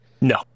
No